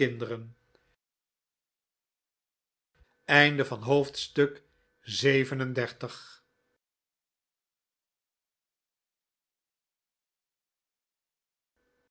acht en zestig